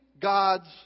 God's